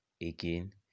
Again